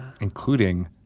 Including